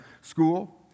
school